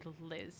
liz